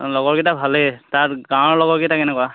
লগৰকেইটা ভালেই তাত গাঁৱৰ লগৰকেইটা কেনেকুৱা